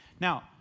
Now